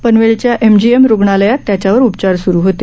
पनवेलच्या एमजीएम रूग्णालयात त्याच्यावर उपचार स्रू होते